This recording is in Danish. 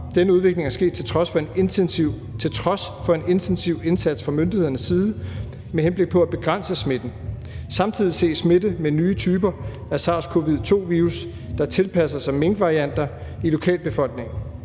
Denne udvikling er sket til trods for en intensiv indsats fra myndighedernes side mhp. at begrænse smitten. Samtidig ses smitte med nye typer SARS-CoV-2 virus, der tilpasser sig mink (minkvarianter) i lokalbefolkningen,